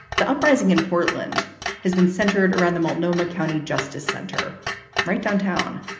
the uprising in portland has been centered around the multnomah county justice center right downtown.